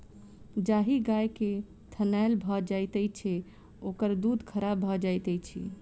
जाहि गाय के थनैल भ जाइत छै, ओकर दूध खराब भ जाइत छै